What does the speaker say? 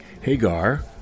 Hagar